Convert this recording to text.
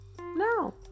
No